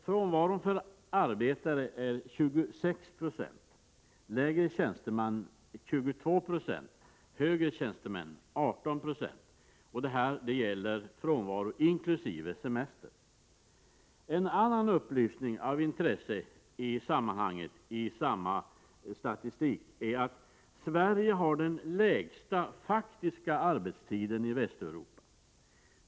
Frånvaron för arbetare är 26 96, för lägre tjänstemän 22 96 och för högre tjänstemän 18 90. Det gäller frånvaro inkl. semester. En annan upplysning av intresse i samma statistik är att Sverige har den lägsta faktiska arbetstiden i Västeuropa.